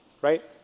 Right